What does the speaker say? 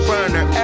Burner